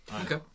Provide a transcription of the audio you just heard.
Okay